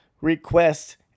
request